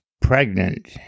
pregnant